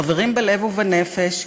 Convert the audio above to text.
חברים בלב ובנפש,